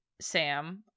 Sam